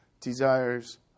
desires